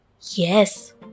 Yes